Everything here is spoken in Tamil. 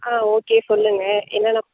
ஆ ஓகே சொல்லுங்கள் என்னென்ன